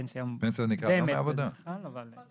אז מה